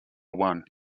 one